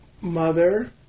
mother